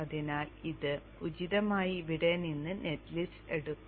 അതിനാൽ ഇത് ഉചിതമായി ഇവിടെ നിന്ന് നെറ്റ് ലിസ്റ്റ് എടുക്കും